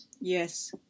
Yes